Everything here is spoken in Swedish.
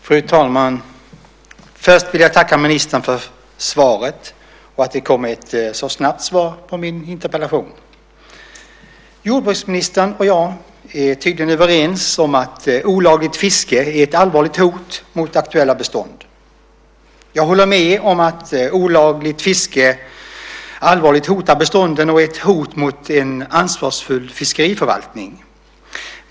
Fru talman! Jag vill tacka ministern för svaret och för att jag fick ett så snabbt svar på min interpellation. Jordbruksministern och jag är tydligen överens om att olagligt fiske är ett allvarligt hot mot aktuella bestånd. Jag håller med om att olagligt fiske allvarligt hotar bestånden och är ett hot mot en ansvarsfull fiskeriförvaltning.